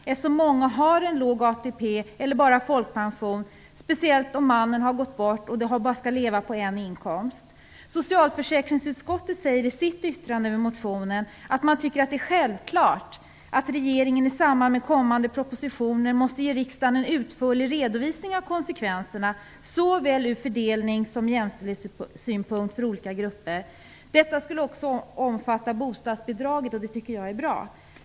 Många av de här kvinnorna har låg ATP eller bara folkpension, speciellt om maken gått bort och de skall leva på en inkomst. Socialförsäkringsutskottet säger i sitt yttrande över motionen att man tycker att det är självklart att regeringen i samband med kommande propositioner ger riksdagen en utförlig redovisning av konsekvenserna såväl från fördelningssynpunkt som från jämställdhetssynpunkt för olika grupper. Detta skulle också omfatta bostadsbidraget. Det tycker jag är bra.